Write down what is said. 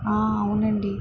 ఆ అవునండి